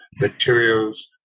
materials